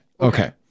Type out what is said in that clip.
Okay